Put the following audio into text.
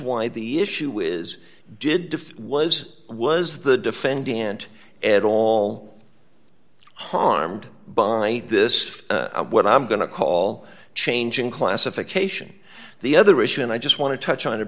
why the issue is did was was the defending int at all harmed by this what i'm going to call changing classification the other issue and i just want to touch on it